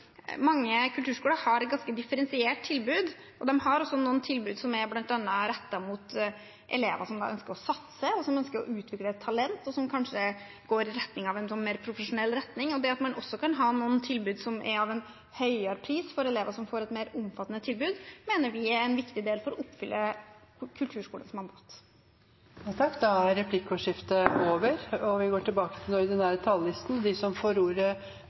mange kulturskoler har et ganske differensiert tilbud. De har også noen tilbud som bl.a. er rettet mot elever som ønsker å satse, som ønsker å utvikle et talent, og som kanskje går i en mer profesjonell retning. Det at man også kan ha noen tilbud med en høyere pris for elever som får et mer omfattende tilbud, mener vi er en viktig del for å oppfylle kulturskolens mandat. Replikkordskiftet er over. De talere som heretter får ordet, har en taletid på inntil 3 minutter. Aller først: Gratulerer til Kulturdepartementet og Kunnskapsdepartementet for å ha laget en melding som